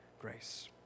grace